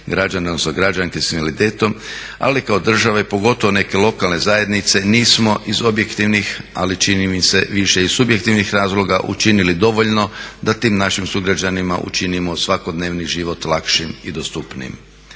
građanke odnosno građane s invaliditetom ali kao država, pogotovo neke lokalne zajednice nismo iz objektivnih, ali čini mi se više iz subjektivnih razloga učinili dovoljno da tim našim sugrađanima učinimo svakodnevni život lakšim i dostupnijim.